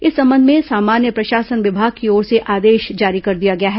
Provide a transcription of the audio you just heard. इस संबंध में सामान्य प्रशासन विभाग की ओर से आदेश जारी कर दिया गया है